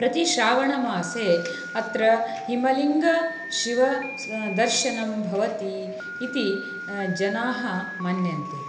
प्रतिश्रावणमासे अत्र हिमलिङ्ग शिवस्य दर्शनं भवति इति जनाः मन्यन्ते